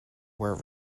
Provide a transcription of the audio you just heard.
were